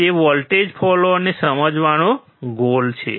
તે વોલ્ટેજ ફોલોઅરને સમજવાનો ગોલ છે